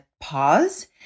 pause